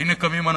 והנה קמים אנשים,